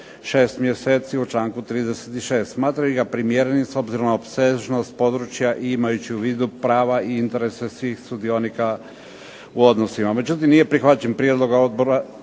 6 mjeseci u članku 36. Smatraju ga primjerenim s obzirnost na opsežnost područja i imajući u vidu prava i interese svi sudionika u odnosima. Međutim, nije prihvaćen prijedlog Odbora